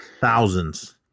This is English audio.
thousands